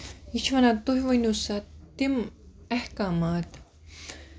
یہِ چھُ وَنان تُہۍ ؤنِو سا تِم احکامات